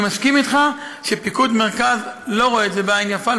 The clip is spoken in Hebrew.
אני מסכים איתך שפיקוד מרכז לא רואה את זה בעין יפה,